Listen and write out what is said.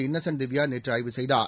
Innocent Divya நேற்று ஆய்வு செய்தார்